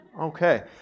Okay